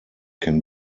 can